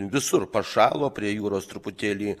visur pašalo prie jūros truputėlį